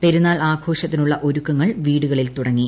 പെരുന്നാൾ ആഘോഷത്തിനുള്ള ഒരുക്കങ്ങൾ വീടുകളിൽ തുടങ്ങി